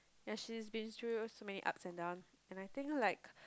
and she's been through so many ups and downs and I think like